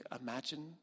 imagine